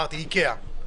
את איקאה.